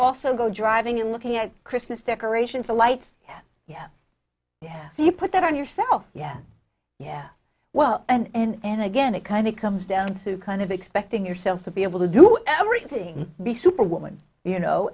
also go driving in looking at christmas decorations the lights yeah yeah so you put that on yourself yeah yeah well and again it kind of comes down to kind of expecting yourself to be able to do everything be superwoman you know